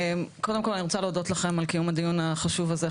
קודם כל אני רוצה להודות לכם על קיום הדיון החשוב הזה,